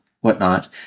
whatnot